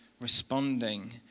responding